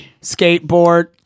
Skateboard